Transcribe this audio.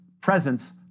presence